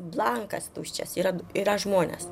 blankas tuščias yra yra žmonės